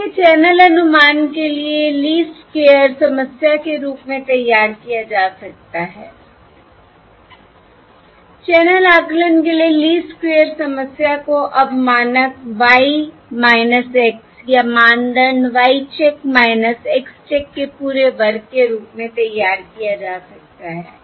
इसलिए चैनल अनुमान के लिए लीस्ट स्क्वेयर्स समस्या के रूप में तैयार किया जा सकता है चैनल आकलन के लिए लीस्ट स्क्वेयर्स समस्या को अब मानक Y X या मानदंड Y चेक X चेक के पूरे वर्ग के रूप में तैयार किया जा सकता है